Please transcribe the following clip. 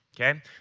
okay